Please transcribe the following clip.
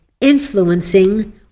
influencing